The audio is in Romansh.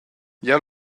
jeu